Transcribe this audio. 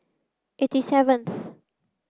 eighty seventh